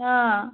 ହଁ